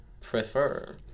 prefer